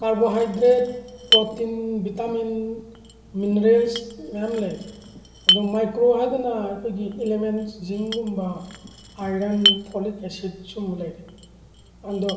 carbohydrate protein vitamin minerals ꯃꯌꯥꯝ ꯂꯩꯔꯦ ꯑꯗꯨ ꯃꯥꯏꯀ꯭ꯔꯣ ꯍꯥꯏꯔꯒꯅ ꯑꯩꯈꯣꯏꯒꯤ ꯏꯂꯤꯃꯦꯟꯁ ꯖꯤꯡꯒꯨꯝꯕ ꯑꯥꯏꯔꯟ ꯐꯣꯂꯤꯛ ꯑꯦꯁꯤꯠ ꯁꯨꯒꯨꯝꯕ ꯂꯩꯔꯦ ꯑꯗꯣ